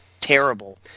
terrible